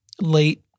late